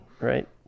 Right